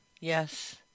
Yes